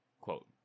Quote